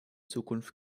zukunft